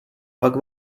pak